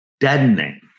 deadening